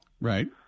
Right